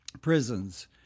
prisons